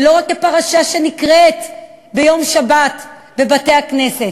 ולא רק כפרשה שנקראת ביום שבת בבתי-הכנסת,